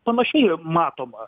panašiai matoma